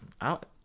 out